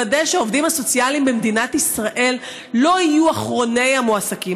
לוודא שהעובדים הסוציאליים במדינת ישראל לא יהיו אחרוני המועסקים.